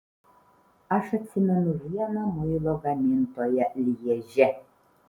aš atsimenu vieną muilo gamintoją lježe